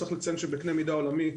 צריך לציין שבקנה מידה עולמי,